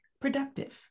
productive